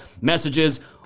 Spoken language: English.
messages